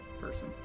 person